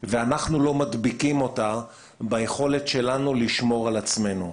ואנחנו לא מדביקים אותה ביכולת שלנו לשמור על עצמנו.